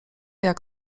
jak